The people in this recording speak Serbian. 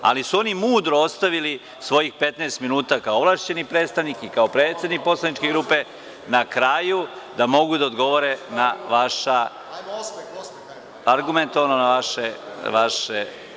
Ali, oni su mudro ostavili svojih 15 minuta, kao ovlašćeni predstavnik i kao predsednik poslaničke grupe na kraju da mogu da odgovore argumentovano na vaše.